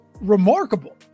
remarkable